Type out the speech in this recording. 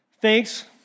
thanks